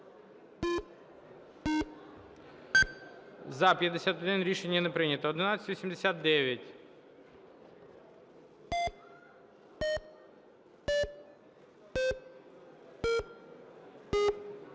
За-51 Рішення не прийнято.